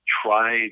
try